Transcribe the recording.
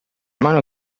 mano